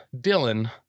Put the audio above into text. Dylan